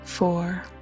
Four